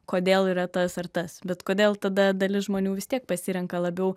kodėl yra tas ar tas bet kodėl tada dalis žmonių vis tiek pasirenka labiau